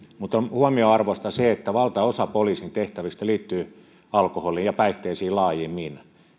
huomionarvoista on se että valtaosa poliisin tehtävistä liittyy alkoholiin ja päihteisiin laajemmin